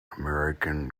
american